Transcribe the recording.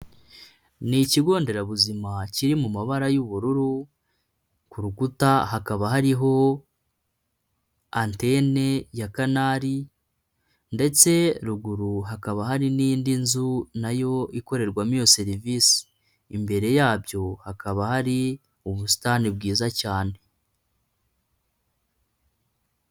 Ni ikigo nderabuzima kiri mu mabara y'ubururu, ku rukuta hakaba hariho antene ya Canar ndetse ruguru hakaba hari n'indi nzu nayo ikorerwamo iyo serivisi, imbere yabyo hakaba hari ubusitani bwiza cyane.